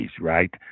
right